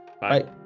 Bye